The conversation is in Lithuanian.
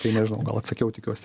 tai nežinau gal atsakiau tikiuosi